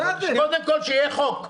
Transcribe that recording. קודם כול שיהיה חוק,